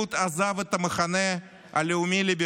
הליכוד עזב את המחנה הלאומי-ליברלי,